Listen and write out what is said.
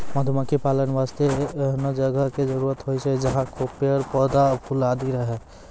मधुमक्खी पालन वास्तॅ एहनो जगह के जरूरत होय छै जहाँ खूब पेड़, पौधा, फूल आदि रहै